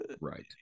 Right